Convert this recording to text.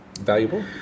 valuable